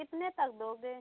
कितने तक दोगे